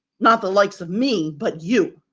not the likes of me. but you,